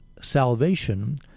salvation